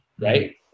right